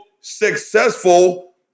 successful